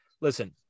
listen